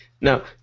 Now